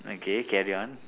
okay carry on